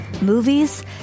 movies